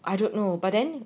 I don't know but then